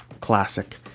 classic